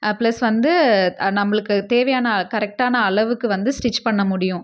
plus வந்து நம்மளுக்கு தேவையான கரெக்டான அளவுக்கு வந்து ஸ்டிச் பண்ண முடியும்